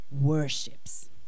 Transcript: worships